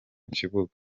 kibuga